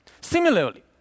Similarly